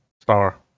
star